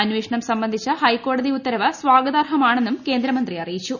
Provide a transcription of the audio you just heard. അന്വേഷണം സംബന്ധിച്ച ഹൈക്കോടതി ഉത്തരവ് സ്വാഗതാർഹമാണെന്നും കേന്ദ്രമന്ത്രി അറിയിച്ചു